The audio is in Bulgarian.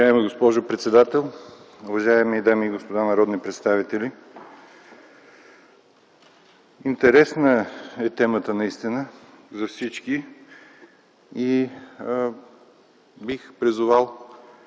Уважаема госпожо председател, уважаеми дами и господа народни представители! Интересна е наистина темата за всички и бих призовал: